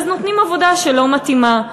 אז נותנים עבודה שלא מתאימה,